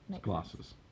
Glasses